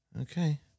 Okay